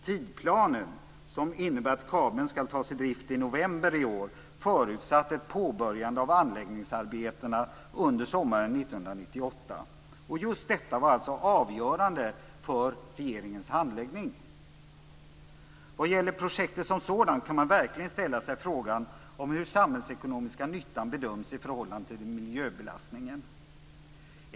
Tidsplanen, som innebär att kabeln skall tas i drift i november i år, förutsatte ett påbörjande av anläggningsarbetena under sommaren 1998 - och just detta var alltså avgörande för regeringens handläggning. Vad gäller projektet som sådant kan man verkligen ställa sig frågan hur den samhällsekonomiska nyttan bedöms i förhållande till miljöbelastningen.